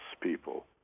people